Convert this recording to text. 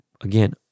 again